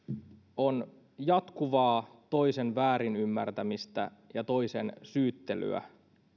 on jatkuvaa toisen väärinymmärtämistä ja toisen syyttelyä